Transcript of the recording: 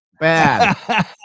Bad